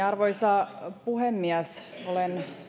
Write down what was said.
arvoisa puhemies olen